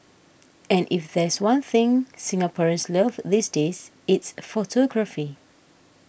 and if there's one thing Singaporeans love these days it's photography